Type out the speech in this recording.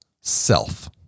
self